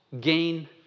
gain